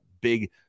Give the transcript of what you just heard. big